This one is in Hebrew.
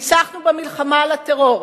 ניצחנו במלחמה עם הטרור,